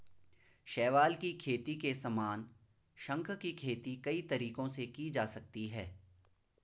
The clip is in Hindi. शैवाल की खेती के समान, शंख की खेती कई तरीकों से की जा सकती है